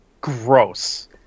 gross